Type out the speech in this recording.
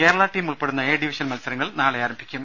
Kerala team ഉൾപ്പെടുന്ന A division മത്സരങ്ങൾ നാളെ ആരംഭിക്കും